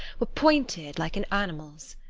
were pointed like an animal's.